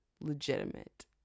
legitimate